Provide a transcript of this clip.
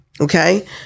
okay